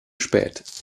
spät